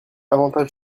avantage